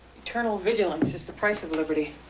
eternal vigilance is the price of liberty.